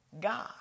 God